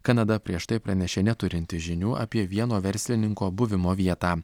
kanada prieš tai pranešė neturinti žinių apie vieno verslininko buvimo vietą